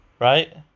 right